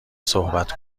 صحبت